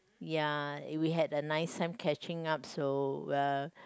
ya we had a nice time catching up so uh